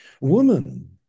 woman